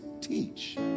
teach